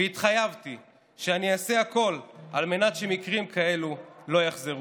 והתחייבתי שאני אעשה הכול על מנת שמקרים כאלה לא יחזרו.